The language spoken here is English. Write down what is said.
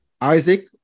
Isaac